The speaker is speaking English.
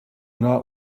not